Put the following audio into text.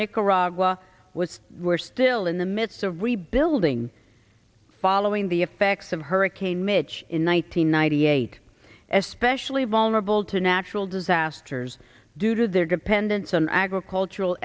nicaragua was we're still in the midst of rebuilding following the effects of hurricane mitch in one thousand nine hundred eight especially vulnerable to natural disasters due to their dependence on agricultural